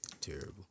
Terrible